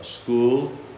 school